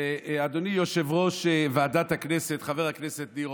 אדוני יושב-ראש ועדת הכנסת חבר הכנסת אורבך,